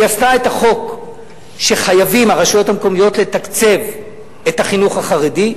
היא עשתה את החוק שחייבות הרשויות המקומיות לתקצב את החינוך החרדי.